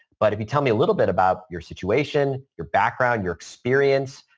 but if you tell me a little bit about your situation, your background, your experience,